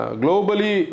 globally